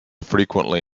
frequently